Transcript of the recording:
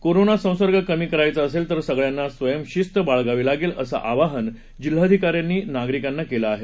corona संसर्ग कमी करायचा असेल तर सगळ्यांना स्वयंशिस्त बाळगावी लागेल असं आवाहन जिल्हाधिकाऱ्यांनी नागरिकांना केलं आहे